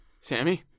Sammy